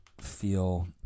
feel